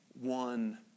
one